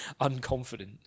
unconfident